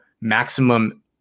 maximum